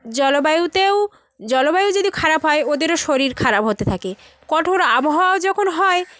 জলবায়ুতেও জলবায়ু যদি খারাপ হয় ওদেরও শরীর খারাপ হতে থাকে কঠোর আবহাওয়াও যখন হয়